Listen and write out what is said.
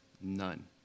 none